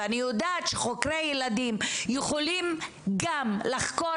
ואני יודעת שחוקרי ילדים יכולים גם לחקור